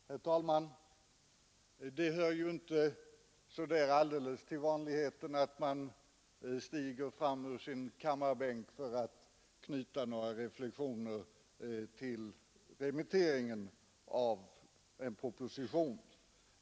Herr talman! Det hör ju inte så där alldeles till vanligheten att man stiger fram ur sin kammarbänk för att knyta några reflexioner till remitteringen av en proposition.